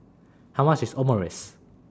How much IS Omurice